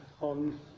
on